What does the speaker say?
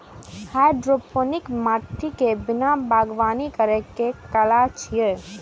hydroponics माटि के बिना बागवानी करै के कला छियै